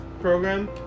program